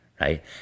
right